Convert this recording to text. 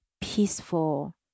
peaceful